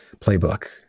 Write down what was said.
playbook